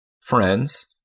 friends